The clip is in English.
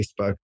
Facebook